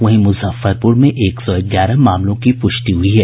वहीं मुजफ्फरपुर में एक सौ ग्यारह मामलों की पुष्टि हुई है